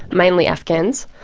mainly afghans.